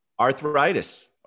Arthritis